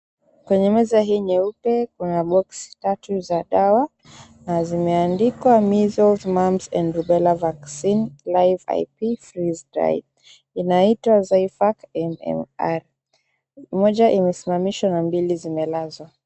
Kwenye meza hii nyeupe, kuna boksi tatu za dawa. Na zimeandikwa "Measles, Mumps and Rubella Vaccine, Live IP Freeze Dry". Inaitwa "Zyfac MMR". Moja imesimamishwa na mbili zimelazwa.